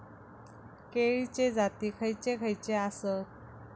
केळीचे जाती खयचे खयचे आसत?